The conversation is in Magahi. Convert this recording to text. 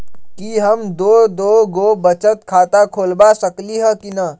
कि हम दो दो गो बचत खाता खोलबा सकली ह की न?